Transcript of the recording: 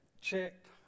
checked